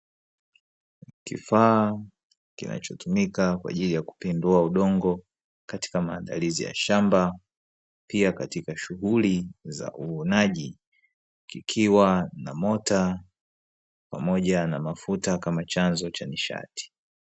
Kifaa kinachotumika kwa ajili kutindua udongo katika maandalizi ya shamba pia katika shughuli za uvunaji, kikiwa na mota pamoja na mafuta kama moja ya chanzo cha nishati.